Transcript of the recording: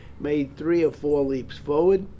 made three or four leaps forward,